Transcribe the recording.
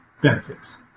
benefits